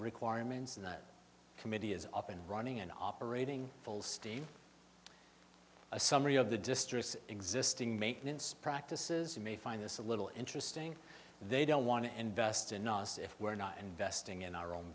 requirements and that committee is up and running and operating full steam a summary of the district's existing maintenance practices you may find this a little interesting they don't want to invest in us if we're not investing in our own